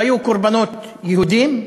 לא היו קורבנות יהודים?